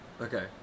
okay